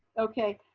okay,